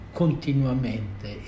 continuamente